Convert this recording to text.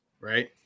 Right